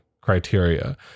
criteria